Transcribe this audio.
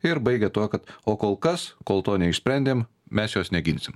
ir baigia tuo kad o kol kas kol to neišsprendėm mes jos neginsim